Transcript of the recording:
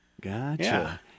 gotcha